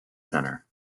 centre